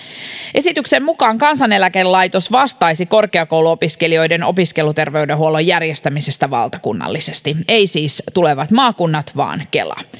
esityksen mukaan kansaneläkelaitos vastaisi korkeakouluopiskelijoiden opiskeluterveydenhuollon järjestämisestä valtakunnallisesti ei siis tulevat maakunnat vaan kela